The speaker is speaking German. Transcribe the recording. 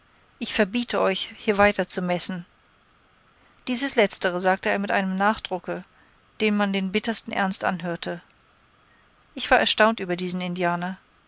ich verbiete euch hier weiter zu messen dieses letztere sagte er mit einem nachdrucke dem man den bittersten ernst anhörte ich war erstaunt über diesen indianer